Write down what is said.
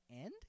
end